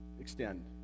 extend